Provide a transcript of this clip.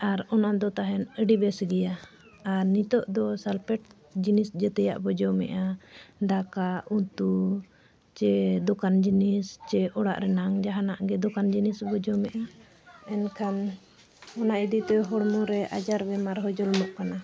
ᱟᱨ ᱚᱱᱟᱫᱚ ᱛᱟᱦᱮᱱ ᱟᱹᱰᱤ ᱵᱮᱥ ᱜᱮᱭᱟ ᱟᱨ ᱱᱤᱛᱳᱜ ᱫᱚ ᱥᱟᱞᱯᱷᱮᱴ ᱡᱤᱱᱤᱥ ᱡᱚᱛᱣᱟᱜ ᱵᱚᱱ ᱡᱚᱢᱮᱫᱟ ᱫᱟᱠᱟ ᱩᱛᱩ ᱥᱮ ᱫᱚᱠᱟᱱ ᱡᱤᱱᱤᱥ ᱥᱮ ᱚᱲᱟᱜ ᱨᱮᱱᱟᱜ ᱡᱟᱦᱟᱱᱟᱜ ᱜᱮ ᱫᱚᱠᱟᱱ ᱡᱤᱱᱤᱥ ᱵᱚᱱ ᱡᱚᱢᱮᱫᱟ ᱮᱱᱠᱷᱟᱱ ᱚᱱᱟ ᱤᱫᱤᱛᱮ ᱦᱚᱲᱢᱚᱨᱮ ᱟᱡᱟᱨ ᱵᱮᱢᱟᱨ ᱦᱚᱸ ᱡᱚᱱᱢᱚᱜ ᱠᱟᱱᱟ